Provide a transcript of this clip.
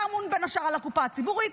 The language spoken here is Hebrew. אתה אמון בין השאר על הקופה הציבורית,